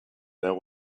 there